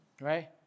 right